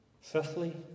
fifthly